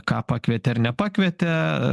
ką pakvietė ar nepakvietė